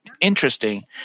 interesting